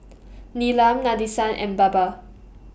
Neelam Nadesan and Baba